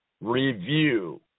review